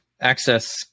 access